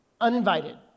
uninvited